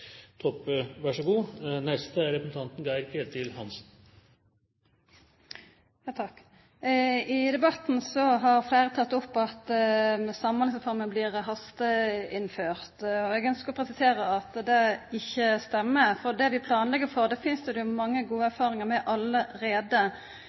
Toppe, vær så god. I debatten har fleire teke opp at Samhandlingsreforma blir hasteinnført. Eg ønskjer å presisera at det ikkje stemmer. Det vi planlegg for, finst det mange gode erfaringar med allereie. I mange år har vi eigentleg hatt pilotprosjekt. Det er